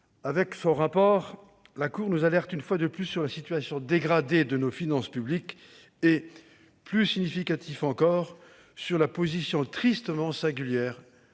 avec ce rapport, la Cour nous alerte une fois de plus sur la situation dégradée de nos finances publiques et, plus significativement encore, sur la position tristement singulière